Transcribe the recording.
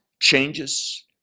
changes